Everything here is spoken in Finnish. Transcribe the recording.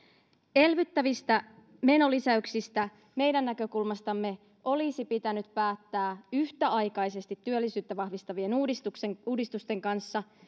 elvyttävistä menolisäyksistä meidän näkökulmastamme olisi pitänyt päättää yhtäaikaisesti työllisyyttä vahvistavien uudistusten kanssa